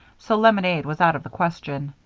so lemonade was out of the question.